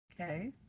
okay